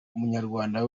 munyarwanda